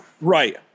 Right